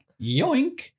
yoink